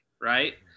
right